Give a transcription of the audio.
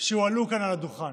שהועלו כאן על הדוכן.